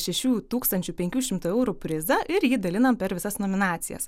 šešių tūkstančių penkių šimtų eurų prizą ir jį dalina per visas nominacijas